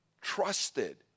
trusted